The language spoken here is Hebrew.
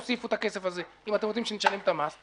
תוסיפו את הכסף הזה אם אתם רוצים שנשלם את המס.